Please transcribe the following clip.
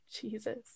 Jesus